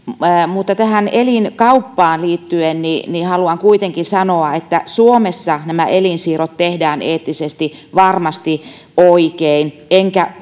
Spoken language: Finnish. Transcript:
tähän elinkauppaan liittyen haluan kuitenkin sanoa että suomessa elinsiirrot tehdään eettisesti varmasti oikein enkä